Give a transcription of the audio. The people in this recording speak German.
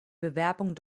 bewerbung